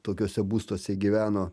tokiuose būstuose gyveno